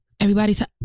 Everybody's